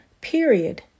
period